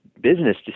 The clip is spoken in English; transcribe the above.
business